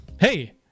Hey